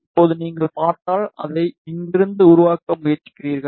இப்போது நீங்கள் பார்த்தால் அதை இங்கிருந்து உருவாக்க முயற்சிக்கிறீர்கள்